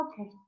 Okay